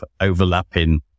overlapping